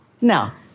Now